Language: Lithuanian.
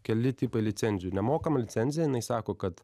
keli tipai licenzijų nemokama licenzija jinai sako kad